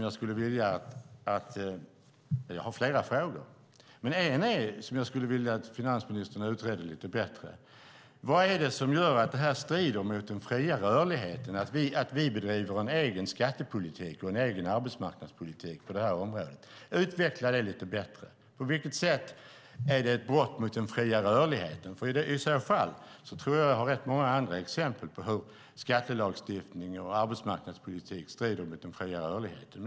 Jag har flera frågor, och en fråga jag skulle vilja att finansministern utredde lite bättre är: Vad är det som gör att det strider mot den fria rörligheten att vi bedriver en egen skattepolitik och en egen arbetsmarknadspolitik på detta område? Utveckla det lite bättre! På vilket sätt är det ett brott mot den fria rörligheten? I så fall tror jag nämligen att jag har rätt många andra exempel på hur skattelagstiftning och arbetsmarknadspolitik strider mot den fria rörligheten.